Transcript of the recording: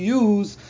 use